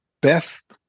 best